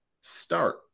start